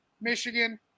Michigan